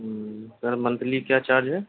ہوں sir monthly کیا charge ہے